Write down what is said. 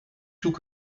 zoek